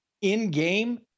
in-game